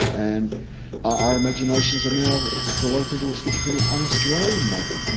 and our imaginations are now, for a lot of people with schizophrenia, are un-australian maybe?